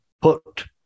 put